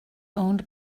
owned